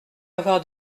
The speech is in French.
avoir